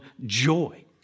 joy